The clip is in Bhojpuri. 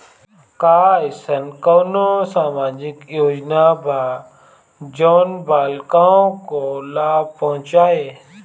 का अइसन कोनो सामाजिक योजना बा जोन बालिकाओं को लाभ पहुँचाए?